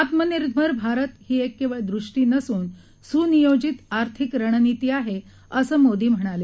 आत्मनिर्भर भारत ही केवळ एक दृष्टी नसून सुनियोजित आर्थिक रणनीती आहे असं मोदी म्हणाले